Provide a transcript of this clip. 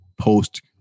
post